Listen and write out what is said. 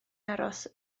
aros